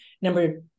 Number